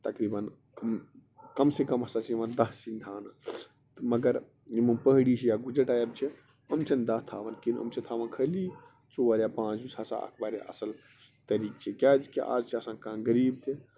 تقریٖباً کم کم سے کم ہسا چھِ یِوان دَہ سِنۍ تھاونہٕ مگر یِم پہٲڑی چھِ یا گُجر ٹایپ چھِ یِم چھِ نہٕ دَہ تھاوان کہیٖنٛۍ یِم چھِ تھاوان خٲلی ژور یا پانٛژھ یُس ہسا اَکھ اَصٕل طریٖقہٕ چھُ کیٛازِ کہِ اَز چھِ آسان کانٛہہ غریٖب تہِ